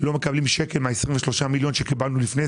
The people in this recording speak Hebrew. לא מקבלים שקל מה-23 מיליון שקיבלנו קודם לכן,